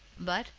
but,